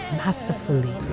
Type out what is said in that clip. masterfully